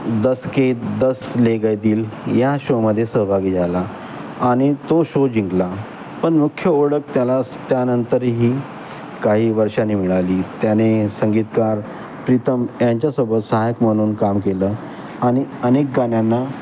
दस के दस ले गए दिल या शोमध्ये सहभागी झाला आणि तो शो जिंकला पण मुख्य ओळख त्याला त्यानंतरही काही वर्षानी मिळाली त्याने संगीतकार प्रीतम यांच्यासोबत सहायक म्हणून काम केलं आणि अनेक गाण्यांना